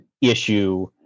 issue